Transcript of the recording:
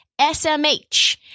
SMH